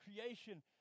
creation